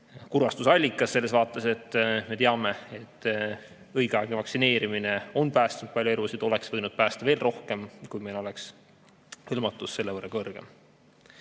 kurvastuse allikas selles vaates, et me teame, et õigeaegne vaktsineerimine on päästnud palju elusid, oleks võinud päästa veel rohkem, kui meil oleks hõlmatus selle võrra kõrgem.